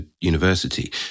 university